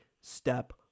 step